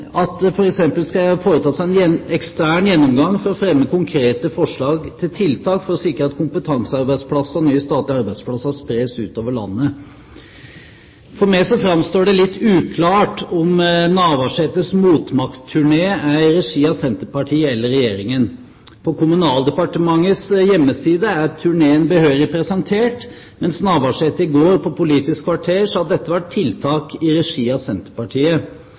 at det f.eks. skal foretas en ekstern gjennomgang for å fremme konkrete forslag til tiltak for å sikre at kompetansearbeidsplasser og nye statlige arbeidsplasser spres utover landet. For meg framstår det litt uklart hvorvidt statsråd Navarsetes motmaktturné er i regi av Senterpartiet eller av Regjeringen. På Kommunaldepartementets hjemmeside er turneen behørig presentert, mens Navarsete i går i Politisk kvarter sa at dette var et tiltak i regi av Senterpartiet.